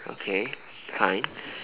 okay kind